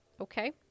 okay